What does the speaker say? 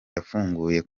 yafunguye